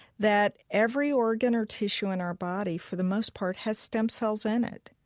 that every organ or tissue in our body for the most part has stem cells in it.